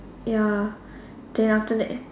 ya then after that